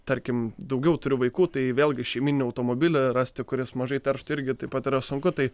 tarkim daugiau turi vaikų tai vėlgi šeimyninį automobilį rasti kuris mažai terštų irgi taip pat yra sunku tai